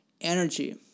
energy